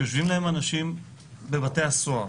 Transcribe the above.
יושבים להם אנשים בבתי הסוהר,